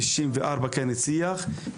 ב-1964 כן הצליח.